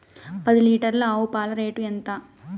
పది లీటర్ల ఆవు పాల రేటు ఎంత?